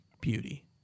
Beauty